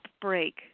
break